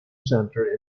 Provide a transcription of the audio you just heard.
center